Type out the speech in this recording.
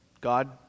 God